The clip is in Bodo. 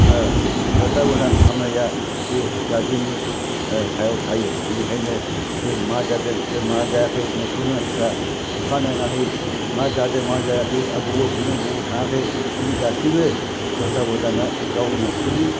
थदथाबदान खालामनाया बे गारजेननि सायाव थायो बिनिखायनो सोर मा जादों सोर मा जायाखै न'खरनि मानसिफ्रा अखानायनानै मा जादों मा जायाखै बबाव थांदों बबाव थाङाखै बेनि गासैबो थथाबदाना गावनि न'खरनि